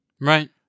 Right